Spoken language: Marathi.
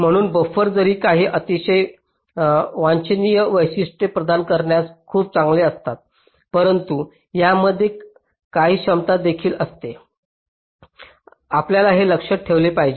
म्हणून बफर्स जरी काही अतिशय वांछनीय वैशिष्ट्ये प्रदान करण्यात खूप चांगले असतात परंतु त्यामध्ये काही कमतरता देखील आहेत आपल्याला हे लक्षात ठेवले पाहिजे